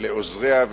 ולעוזריה,